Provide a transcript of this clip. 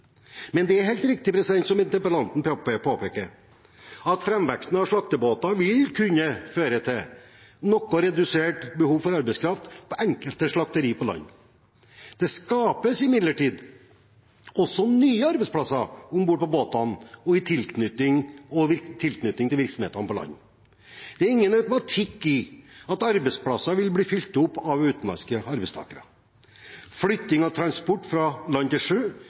Men det er helt riktig som interpellanten påpeker, at framveksten av slaktebåter vil kunne føre til noe redusert behov for arbeidskraft på enkelte slakteri på land. Det skapes imidlertid også nye arbeidsplasser om bord på båtene og i tilknytning til virksomhetene på land. Det er ingen automatikk i at arbeidsplasser vil bli fylt opp av utenlandske arbeidstakere. Flytting av transport fra land til sjø